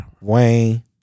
Wayne